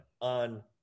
on